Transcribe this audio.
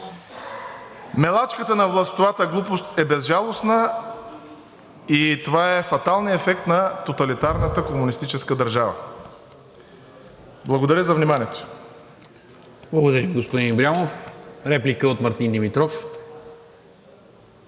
Мелачката на властовата глупост е безжалостна и това е фаталният ефект на тоталитарната комунистическа държава. Благодаря за вниманието.